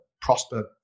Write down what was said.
Prosper